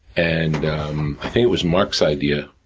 and i think it was mark's idea.